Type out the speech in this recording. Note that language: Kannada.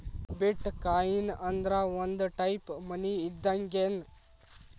ಬಿಟ್ ಕಾಯಿನ್ ಅಂದ್ರ ಒಂದ ಟೈಪ್ ಮನಿ ಇದ್ದಂಗ್ಗೆನ್